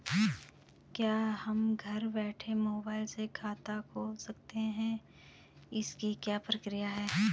क्या हम घर बैठे मोबाइल से खाता खोल सकते हैं इसकी क्या प्रक्रिया है?